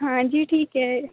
हाँ जी ठीक है